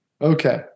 Okay